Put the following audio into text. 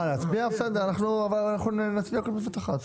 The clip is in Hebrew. להצביע בסדר, אבל אנחנו נצביע על הכל בבת אחת.